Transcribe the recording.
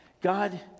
God